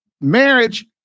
marriage